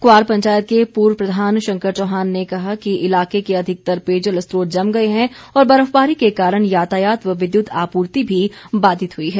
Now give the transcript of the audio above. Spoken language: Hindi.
क्वार पंचायत के पूर्व प्रधान शंकर चौहान ने कहा है कि इलाके के अधिकतर पेयजल स्रोत जम गए हैं और बर्फबारी के कारण यातायात व विद्युत आपूर्ति भी बाधित है